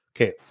okay